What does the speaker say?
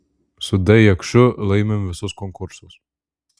su d jakšiu laimim visus konkursus